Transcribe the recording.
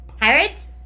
Pirates